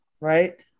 right